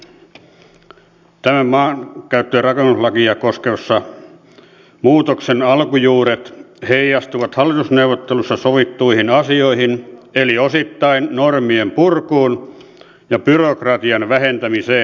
tämän maankäyttö ja rakennuslakia koskevan muutoksen alkujuuret heijastuvat hallitusneuvotteluissa sovittuihin asioihin eli osittain normienpurkuun ja byrokratian vähentämiseen